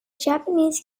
japanese